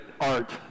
art